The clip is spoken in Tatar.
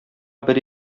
бер